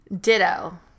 ditto